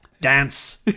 dance